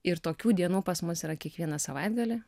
ir tokių dienų pas mus yra kiekvieną savaitgalį